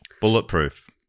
Bulletproof